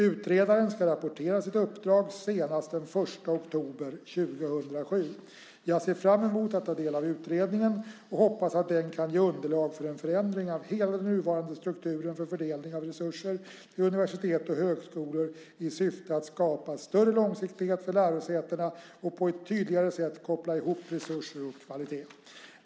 Utredaren ska rapportera sitt uppdrag senast den 1 oktober 2007. Jag ser fram mot att ta del av utredningen och hoppas att den kan ge underlag för en förändring av hela den nuvarande strukturen för fördelning av resurser till universitet och högskolor i syfte att skapa större långsiktighet för lärosätena och på ett tydligare sätt koppla ihop resurser och kvalitet.